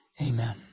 Amen